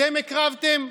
אתם הקרבתם?